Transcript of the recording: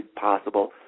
possible